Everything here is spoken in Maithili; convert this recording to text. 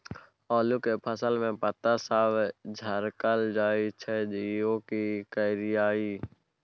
आलू के फसल में पता सब झरकल जाय छै यो की करियैई?